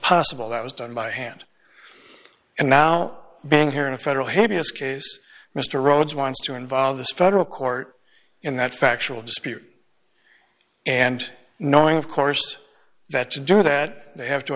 possible that was done by hand and now being here in a federal habeas case mr rhodes wants to involve the federal court in that factual dispute and knowing of course that to do that they have to